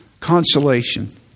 consolation